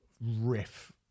riff